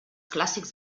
clàssics